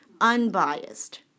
Unbiased